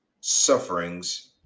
sufferings